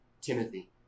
Timothy